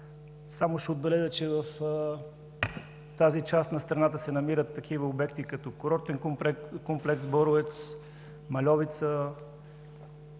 Ще отбележа, че в тази част на страната се намират такива обекти като курортен комплекс „Боровец“, „Мальовица“,